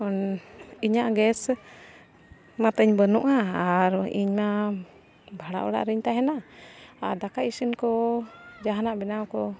ᱤᱧᱟᱹᱜ ᱜᱮᱥ ᱢᱟᱛᱟᱹᱧ ᱵᱟᱹᱱᱩᱜᱼᱟ ᱟᱨ ᱤᱧ ᱢᱟ ᱵᱷᱟᱲᱟ ᱚᱲᱟᱜ ᱨᱤᱧ ᱛᱟᱦᱮᱱᱟ ᱟᱨ ᱫᱟᱠᱟ ᱤᱥᱤᱱ ᱠᱚ ᱡᱟᱦᱟᱱᱟᱜ ᱵᱮᱱᱟᱣ ᱠᱚ